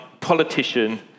politician